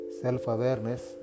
self-awareness